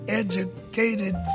educated